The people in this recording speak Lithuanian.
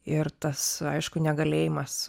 ir tas aišku negalėjimas